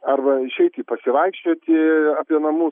arba išeiti pasivaikščioti apie namus